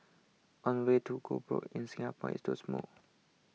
one way to go broke in Singapore is to smoke